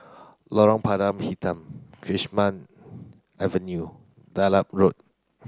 Lorong Pada Hitam Avenue Dedap Road